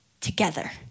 together